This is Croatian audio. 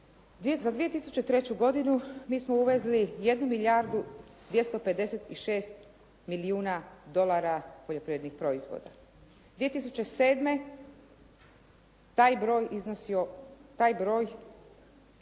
Za 2003. godinu mi smo uvezli 1 milijardu 256 milijuna dolara poljoprivrednih proizvoda. 2007. taj broj je ovakav 2